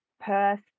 Perth